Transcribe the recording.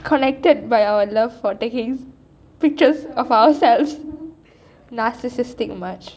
connected by our love for taking pictures of ourselves narcissistic much